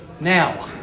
now